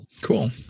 Cool